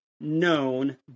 known